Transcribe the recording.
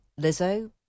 Lizzo